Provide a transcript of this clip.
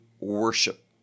worship